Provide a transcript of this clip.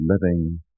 living